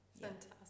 Fantastic